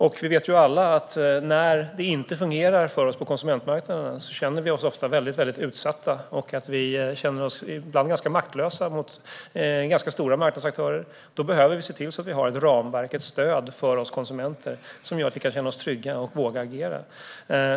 Vi vet ju alla att när det inte fungerar för oss på konsumentmarknaderna känner vi oss ofta väldigt utsatta. Ibland känner vi oss ganska maktlösa mot stora marknadsaktörer. Då behövs det ett ramverk, ett stöd för oss konsumenter som gör att vi kan känna oss trygga och vågar agera.